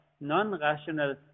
non-rational